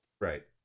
Right